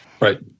Right